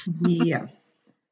Yes